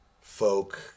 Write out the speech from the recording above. folk